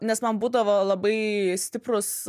nes man būdavo labai stiprūs